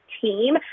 team